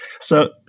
So-